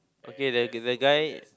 okay then if the guy